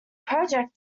project